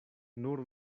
nur